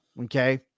Okay